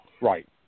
Right